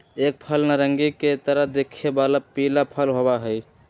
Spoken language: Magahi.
एक फल नारंगी के तरह दिखे वाला पीला फल होबा हई